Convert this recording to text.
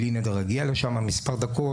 בלי נדר, אגיע לשם, מספר דקות.